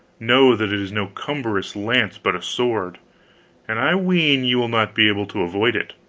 know that it is no cumbrous lance, but a sword and i ween ye will not be able to avoid it.